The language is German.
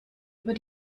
über